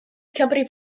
company